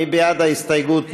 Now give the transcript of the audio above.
מי בעד ההסתייגות?